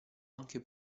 anche